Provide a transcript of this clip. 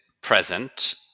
present